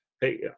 Hey